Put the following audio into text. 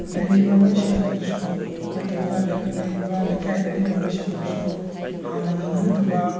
ꯂꯩꯔꯤꯕ ꯃꯤꯁꯤꯡ ꯑꯗꯨꯁꯨ ꯅꯠꯇ꯭ꯔꯒ ꯂꯩꯔꯤꯕ ꯂꯩꯀꯥꯏꯗ ꯂꯩꯔꯤꯕ ꯃꯤꯁꯤꯡ ꯑꯗꯨꯁꯨ ꯍꯥꯟꯅ ꯈꯪꯍꯧꯗꯕ